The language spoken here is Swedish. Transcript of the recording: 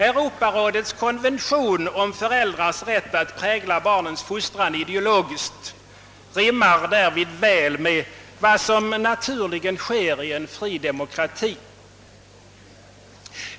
Europarådets konvention om föräldrars rätt att ideologiskt prägla barnens fostran rimmar därvid väl med vad som naturligen sker i en fri demokrati.